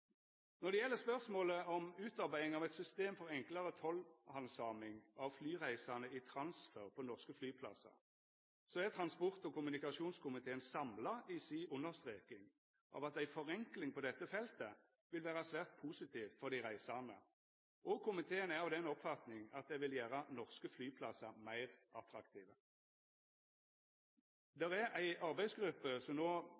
Når det gjeld spørsmålet om utarbeiding av eit system for enklare tollhandsaming av flyreisande i transfer på norske flyplassar, er transport- og kommunikasjonskomiteen samla i si understreking av at ei forenkling på dette feltet vil vera svært positivt for dei reisande, og komiteen er av den oppfatninga at det vil gjera norske flyplassar meir attraktive. Det er ei arbeidsgruppe som no